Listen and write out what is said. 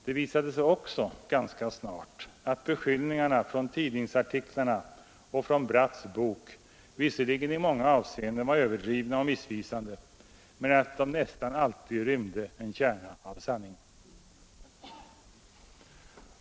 Det visade sig också ganska snart att beskyllningarna från tidningsartiklarna och från Bratts bok visserligen i många avseenden var överdrivna och missvisande men att de nästan alltid rymde åtminstone en kärna av sanning.